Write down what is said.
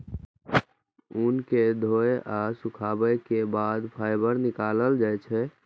ऊन कें धोय आ सुखाबै के बाद फाइबर निकालल जाइ छै